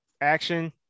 action